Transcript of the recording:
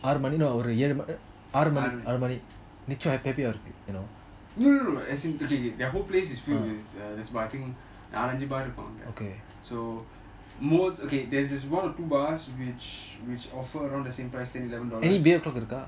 ஆறு:aaru no no no no as in okay okay the whole place is filled with uh there is about I think நாலு அஞ்சி இருக்கும் நெனைக்கிறேன்:naalu anji irukum nenaikiran most okay there is one or two bars which which offer around the same price ten eleven dollars